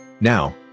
Now